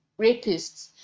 rapists